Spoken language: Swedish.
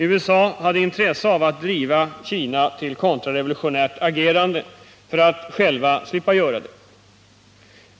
USA har intresse av att driva Kina till kontrarevolutionärt agerande för att själva slippa göra det.